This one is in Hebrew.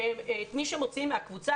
את מי שרוצים מהקבוצה,